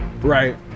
Right